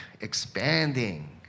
expanding